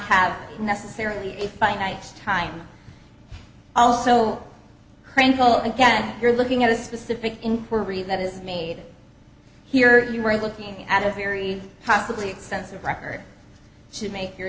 have necessarily a finite time also critical again you're looking at a specific inquiry that is made here you are looking at a very possibly extensive record should make your